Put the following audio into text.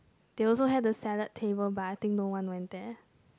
there were also had the salad table bar I think no one went there